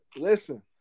listen